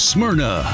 Smyrna